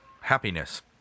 happiness